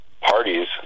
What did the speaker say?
parties